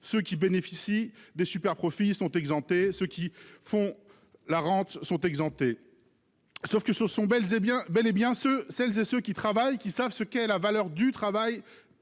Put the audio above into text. ceux qui bénéficient des superprofits et de la rente sont exemptés. Pourtant, ce sont bel et bien celles et ceux qui travaillent qui savent ce qu'est la valeur du travail